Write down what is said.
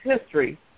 history